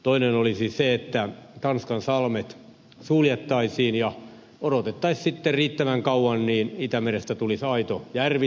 toinen olisi se että tanskan salmet suljettaisiin ja odotettaisiin sitten riittävän kauan niin että itämerestä tulisi aito järvi saimaan tapaan